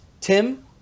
Tim